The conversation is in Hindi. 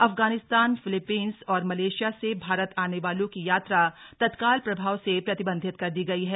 अफगानिस्तान फिलीपींस और मलेशिया से भारत आने वालों की यात्रा तत्काल प्रभाव से प्रतिबंधित कर दी गई है